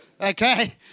Okay